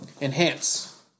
Enhance